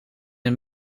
een